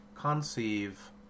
Conceive